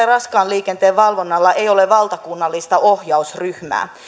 raskaan liikenteen valvonnalla ei ole valtakunnallista ohjausryhmää